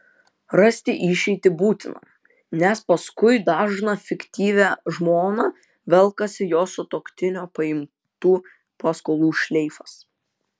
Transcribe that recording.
rasti išeitį būtina nes paskui dažną fiktyvią žmoną velkasi jos sutuoktinio paimtų paskolų šleifas